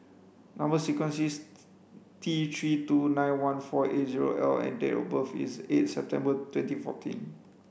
number sequence is T three two nine one four eight zero L and date of birth is eight September twenty forteen